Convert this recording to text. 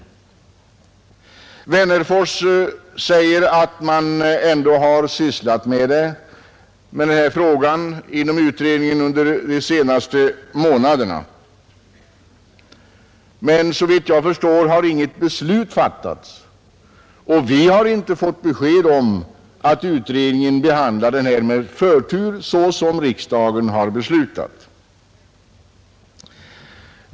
Herr Wennerfors säger att utredningen under de senaste månaderna ändå har sysslat med denna fråga, men såvitt jag förstår har inget beslut fattats och vi har inte fått besked om att utredningen behandlar frågan med förtur såsom riksdagen har beslutat.